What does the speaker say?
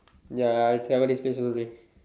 ya I travel this places only